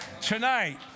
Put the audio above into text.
tonight